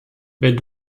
wenn